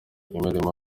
imirimo